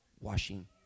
washing